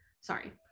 Sorry